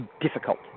difficult